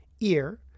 ear